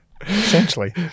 Essentially